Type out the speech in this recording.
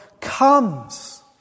comes